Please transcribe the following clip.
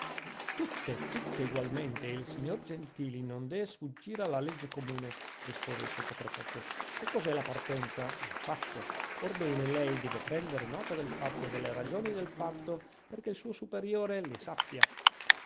tutte tutte egualmente e il signor gentili non dee sfuggire alla legge comune rispose il sottoprefetto che cos'è la partenza un fatto orbene lei deve prendere nota del fatto e delle ragioni del fatto perchè il suo superiore le sappia